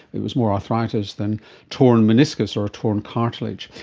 it was more arthritis than torn meniscus or a torn cartilage.